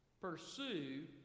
Pursue